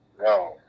No